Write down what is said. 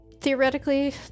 theoretically